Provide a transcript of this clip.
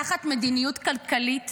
תחת מדיניות כלכלית